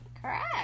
Correct